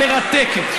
מרתקת.